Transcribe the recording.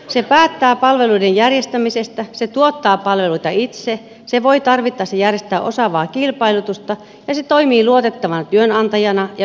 se päättää palveluiden järjestämisestä se tuottaa palveluita itse se voi tarvittaessa järjestää osaavaa kilpailutusta ja se toimii luotettavana työnantajana ja yhteistyökumppanina